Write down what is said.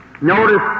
Notice